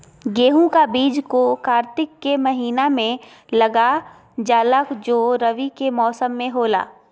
गेहूं का बीज को कार्तिक के महीना में लगा जाला जो रवि के मौसम में होला